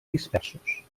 dispersos